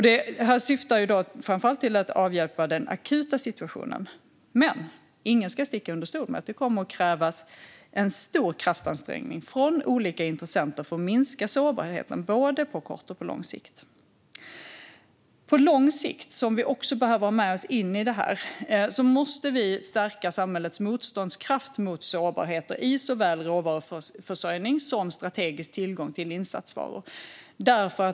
Det syftar framför allt till att avhjälpa den akuta situationen, men ingen ska sticka under stol med att det kommer att krävas en stor kraftansträngning från olika intressenter för att minska sårbarheten både på kort och på lång sikt. På lång sikt - detta behöver vi också ha med oss - måste vi stärka samhällets motståndskraft mot sårbarheter i såväl råvaruförsörjning som strategisk tillgång till insatsvaror.